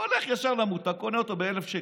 הוא הולך ישר למותג, קונה אותו ב-1,000 שקל.